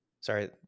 sorry